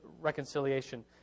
reconciliation